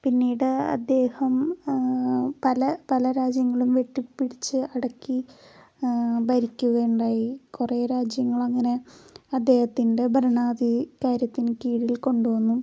പിന്നീട് അദ്ദേഹം പല പല രാജ്യങ്ങളും വെട്ടിപ്പിടിച്ച് അടക്കി ഭരിക്കുക ഉണ്ടായി കുറെ രാജ്യങ്ങളങ്ങനെ അദ്ദേഹത്തിൻ്റെ ഭരണാധീ കാര്യത്തിൻ കീഴിൽ കൊണ്ട് വന്നു